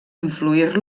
influir